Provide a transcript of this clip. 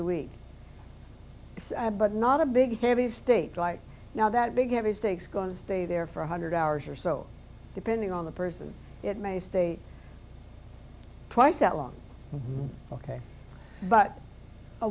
a week but not a big heavy state right now that big heavy steaks going to stay there for one hundred hours or so depending on the person it may stay twice that long ok but a